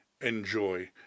enjoy